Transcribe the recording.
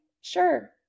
sure